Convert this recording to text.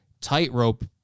tightrope